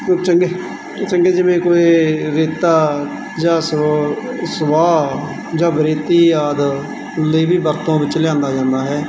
ਅ ਚੰਗੇ ਅ ਚੰਗੇ ਜਿਵੇਂ ਕੋਈ ਰੇਤਾ ਜਾਂ ਸੋ ਸਵਾਹ ਜਾਂ ਬਰੇਤੀ ਆਦਿ ਲਈ ਵੀ ਵਰਤੋਂ ਵਿੱਚ ਲਿਆਂਦਾ ਜਾਂਦਾ ਹੈ